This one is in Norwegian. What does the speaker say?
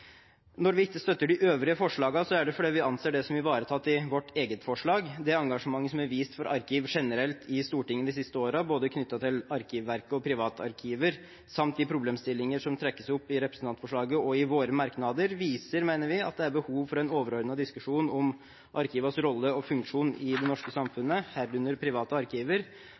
Når vi ikke støtter de øvrige forslagene, er det fordi vi anser dem som ivaretatt i vårt eget forslag. Det engasjementet som er vist for arkiv generelt i Stortinget de siste årene, knyttet til både Arkivverket og privatarkiver samt i problemstillinger som trekkes opp i representantforslaget og i våre merknader, viser, mener vi, at det er behov for en overordnet diskusjon om arkivenes rolle og funksjon i det norske samfunnet, herunder private arkiver.